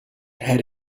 had